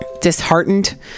disheartened